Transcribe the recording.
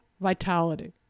vitality